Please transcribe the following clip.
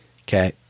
Okay